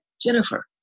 Jennifer